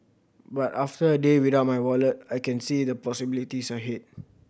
but after a day without my wallet I can see the possibilities ahead